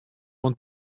oan